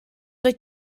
dwyt